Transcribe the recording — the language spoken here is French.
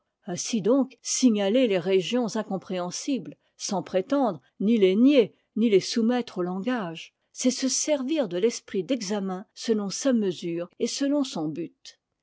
ainsi donc signaler les régions incompréhensibles sans prétendre ni les nier ni les soumettre au langage c'est se servir de l'esprit d'examen selon sa mesure et selon son but